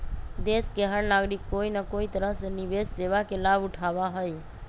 देश के हर नागरिक कोई न कोई तरह से निवेश सेवा के लाभ उठावा हई